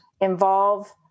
Involve